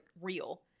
real